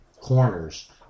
corners